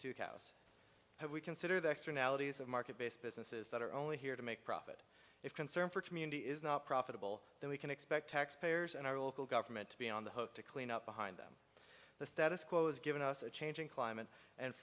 to house have we consider the externalities of market based businesses that are only here to make profit if concern for community is not profitable then we can expect tax payers and i will call government to be on the hook to clean up behind them the status quo has given us a change in climate and